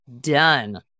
done